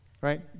right